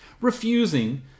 refusing